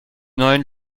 neuen